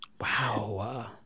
Wow